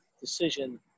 decision